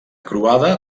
croada